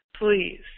please